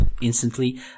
instantly